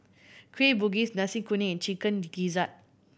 Kueh Bugis Nasi Kuning and Chicken Gizzard